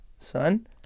Son